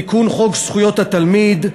תיקון חוק זכויות התלמיד,